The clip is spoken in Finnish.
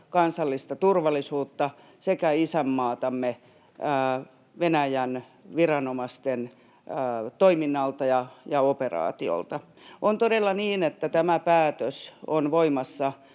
kansallista turvallisuutta, sekä isänmaatamme Venäjän viranomaisten toiminnalta ja operaatiolta. On todella niin, että tämä päätös on voimassa